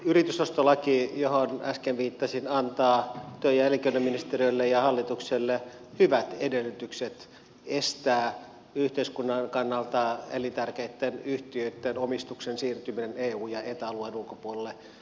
yritysostolaki johon äsken viittasin antaa työ ja elinkeinoministeriölle ja hallitukselle hyvät edellytykset estää yhteiskunnan kannalta elintärkeitten yhtiöitten omistuksen siirtymisen eu ja eta alueen ulkopuolelle